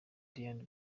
diane